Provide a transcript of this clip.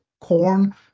corn